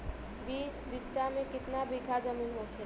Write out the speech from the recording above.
बीस बिस्सा में कितना बिघा जमीन होखेला?